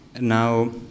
Now